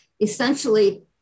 Essentially